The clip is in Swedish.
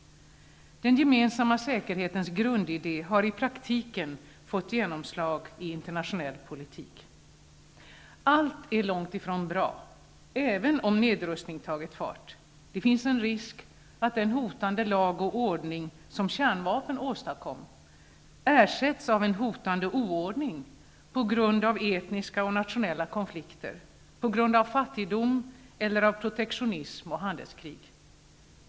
Den gemensamma säkerhetens grundidé har i praktiken fått genomslag i internationell politik. Allt är långtifrån bra, även om nedrustningen har tagit fart. Det finns en risk att den hotande ''lag och ordning'' som kärnvapnen åstadkom, ersätts av en hotande oordning på grund av etniska och nationella konflikter, fattigdom eller protektionism och handelskrig.